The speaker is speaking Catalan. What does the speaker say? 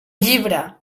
llibre